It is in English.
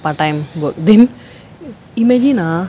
part time work then imagine ah